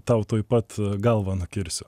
tau tuoj pat galvą nukirsiu